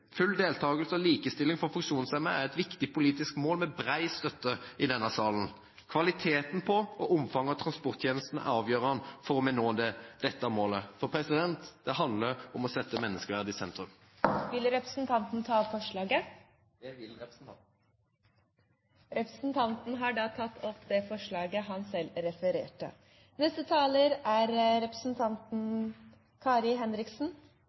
Full deltakelse og likestilling for funksjonshemmede er et viktig politisk mål med bred støtte i denne salen. Kvaliteten på og omfanget av transporttjenesten er avgjørende for om vi når dette målet. Det handler om å sette menneskeverd i sentrum. Jeg tar opp forslaget til Kristelig Folkeparti og Høyre. Representanten Kjell Ingolf Ropstad har tatt opp det forslaget han refererte